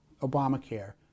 Obamacare